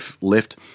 lift –